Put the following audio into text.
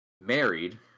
married